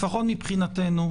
לפחות מבחינתי,